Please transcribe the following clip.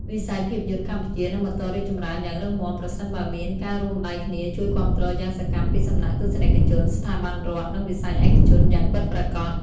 វិស័យភាពយន្តកម្ពុជានឹងបន្តរីកចម្រើនយ៉ាងរឹងមាំ ប្រសិនបើមានការរួមដៃគ្នាជួយគាំទ្រយ៉ាងសកម្មពីសំណាក់ទស្សនិកជន ស្ថាប័នរដ្ឋ និងវិស័យឯកជនយ៉ាងពិតប្រាកដ។